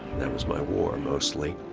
that was my war mostly,